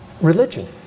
religion